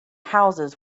houses